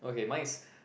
okay mine is